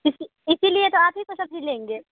इसी इसीलिए तो आप ही से सब्ज़ी लेंगे